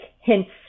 hints